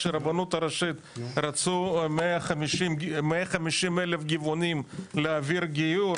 כשהרבנות הראשית רצו 150 אלף גבעונים להעביר גיור,